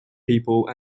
people